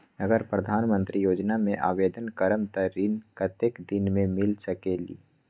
अगर प्रधानमंत्री योजना में आवेदन करम त ऋण कतेक दिन मे मिल सकेली?